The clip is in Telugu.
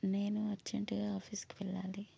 నేను అర్జెంటుగా ఆఫీస్కి వెళ్ళాలి